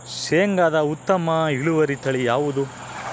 ಶೇಂಗಾದ ಉತ್ತಮ ಇಳುವರಿ ತಳಿ ಯಾವುದು?